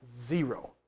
zero